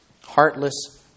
heartless